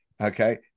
okay